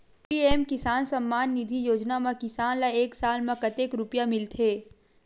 PM Kisan Samman Nidhi Yojana म किसान ल एक साल म कतेक रुपिया मिलथे?